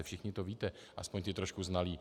Všichni to víte, aspoň ti trošku znalí.